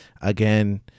again